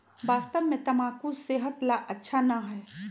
वास्तव में तंबाकू सेहत ला अच्छा ना है